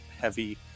heavy